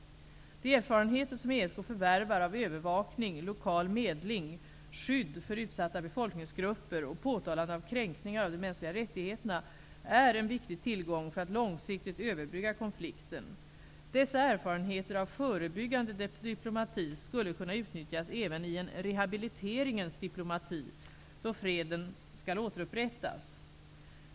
De erfarenheter som ESK förvärvar av övervakning, lokal medling, skydd för utsatta befolkningsgrupper och påtalande av kränkningar av de mänskliga rättigheterna är en viktig tillgång för att långsiktigt överbrygga konflikten. Dessa erfarenheter av förebyggande diplomati skulle kunna utnyttjas även i en rehabiliteringens diplomati, då freden skall återupprättas.